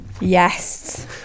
Yes